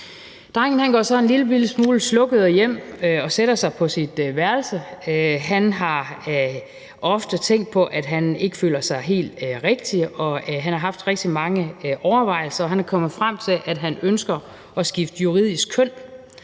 Drengen går så en lillebitte smule slukøret hjem og sætter sig på sit værelse. Han har ofte tænkt på, at han ikke føler sig helt rigtig. Han har haft rigtig mange overvejelser, og han er kommet frem til, at han ønsker at skifte juridisk køn.